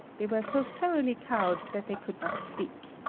they were so thoroughly cowed that they could not speak.